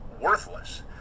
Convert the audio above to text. worthless